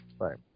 Right